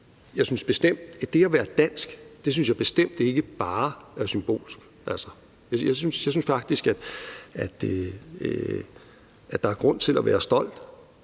Jeg synes bestemt ikke, at det at være dansk bare er symbolsk. Jeg synes faktisk, at der er grund til at være stolt